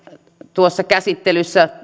tuossa käsittelyssä